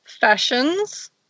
fashions